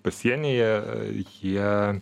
pasienyje jie